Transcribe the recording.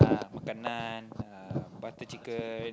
uh makan naan ah butter chicken